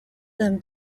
them